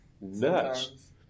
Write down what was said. nuts